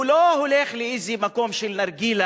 הוא לא הולך לאיזה מקום של נרגילה